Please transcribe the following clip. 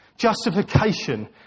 justification